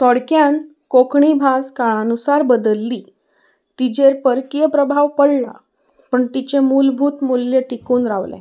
थोडक्यान कोंकणी भास काळानुसार बदल्ली तिचेर परकीय प्रभाव पडला पणू तिचें मूलभूत मूल्य टिकून रावलें